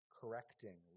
correcting